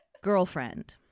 Girlfriend